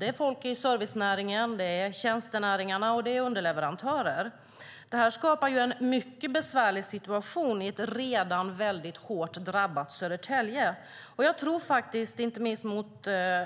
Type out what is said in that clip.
Det är folk i servicenäringen. Det är tjänstenäringarna och det är underleverantörer. Det här skapar ju en mycket besvärlig situation i ett redan väldigt hårt drabbat Södertälje. Jag tror faktiskt, med tanke på